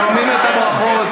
שומעים את הברכות,